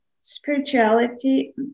spirituality